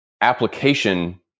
application